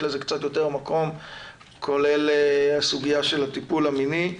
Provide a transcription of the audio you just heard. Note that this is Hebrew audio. לזה קצת יותר מקום כולל הסוגיה של הטיפול המיני.